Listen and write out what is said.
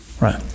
Right